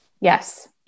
Yes